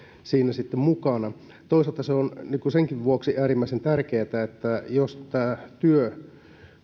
siinä sitten mukana toisaalta se on senkin vuoksi äärimmäisen tärkeää että jos tämä työ